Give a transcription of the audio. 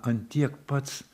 an tiek pats